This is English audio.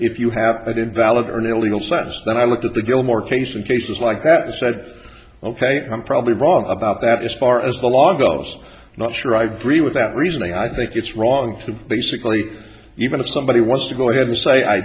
if you have an invalid or an illegal status then i look at the gilmore case in cases like that and said ok i'm probably wrong about that as far as the law goes not sure i agree with that reasoning i think it's wrong to basically even if somebody wants to go ahead and say i